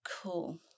cool